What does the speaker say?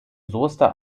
soester